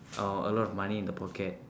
or a lot of money in the pocket